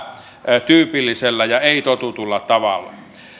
epätyypillisellä ja ei totutulla tavalla